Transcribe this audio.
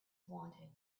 wanted